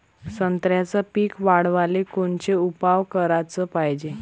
संत्र्याचं पीक वाढवाले कोनचे उपाव कराच पायजे?